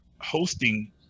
hosting